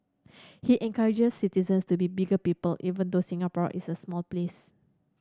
he encourages citizens to be bigger people even though Singapore is a small place